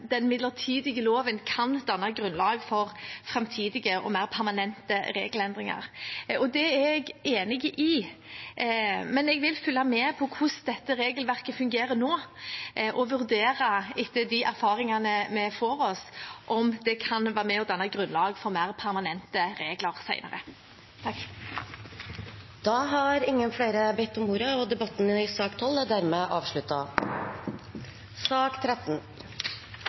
den midlertidige loven kan danne grunnlag for framtidige og mer permanente regelendringer. Det er jeg enig i, men jeg vil følge med på hvordan dette regelverket fungerer nå, og vurdere etter de erfaringene vi gjør oss, om det kan være med og danne grunnlag for mer permanente regler senere. Flere har ikke bedt om ordet til sak nr. 12. Etter ønske fra helse- og omsorgskomiteen vil presidenten ordne debatten